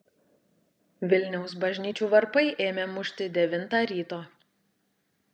vilniaus bažnyčių varpai ėmė mušti devintą ryto